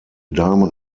damen